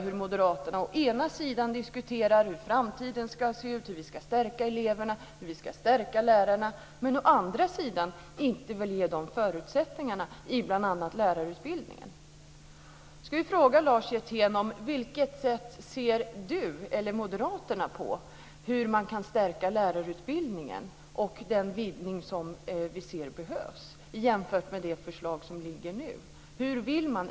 Å ena sidan diskuterar moderaterna hur framtiden ska se ut, hur vi ska stärka eleverna, hur vi ska stärka lärarna. Å andra sidan vill de inte ge förutsättningarna i bl.a. Jag vill fråga Lars Hjertén: Hur ser Moderaterna på frågan om hur man kan stärka lärarutbildningen och på den vidgning som vi ser behövs jämfört med det förslag som nu har lagts fram? Vad vill man?